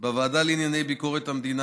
בוועדה לענייני ביקורת המדינה,